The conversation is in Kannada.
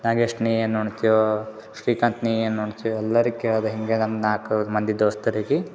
ನಾಗೇಶ ನೀ ಏನು ಉಣ್ತಿಯೋ ಶ್ರೀಕಾಂತ ನೀ ಏನು ಉಣ್ತಿಯೋ ಎಲ್ಲರಿಗೆ ಕೇಳಿದೆ ಹಿಂಗೆ ನಮ್ಮ ನಾಲ್ಕು ಮಂದಿ ದೋಸ್ತರಿಗೆ